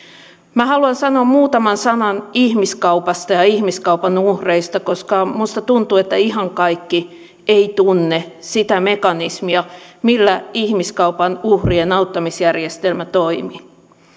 minä haluan sanoa muutaman sanan ihmiskaupasta ja ja ihmiskaupan uhreista koska minusta tuntuu että ihan kaikki eivät tunne sitä mekanismia millä ihmiskaupan uhrien auttamisjärjestelmä toimii